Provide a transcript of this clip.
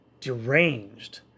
deranged